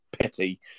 petty